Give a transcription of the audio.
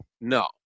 no